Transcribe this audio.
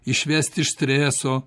išvest iš streso